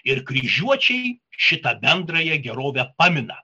ir kryžiuočiai šitą bendrąją gerovę pamina